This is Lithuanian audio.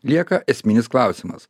lieka esminis klausimas